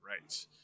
Right